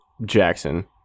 Jackson